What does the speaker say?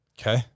Okay